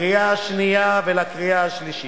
לקריאה השנייה ולקריאה השלישית.